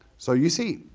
so you see,